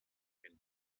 and